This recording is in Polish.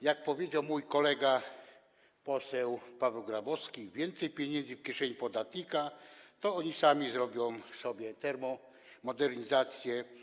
Jak powiedział mój kolega poseł Paweł Grabowski, jak będzie więcej pieniędzy w kieszeni podatników, to oni sami zrobią sobie termomodernizację.